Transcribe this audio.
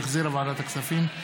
שהחזירה ועדת הכספים.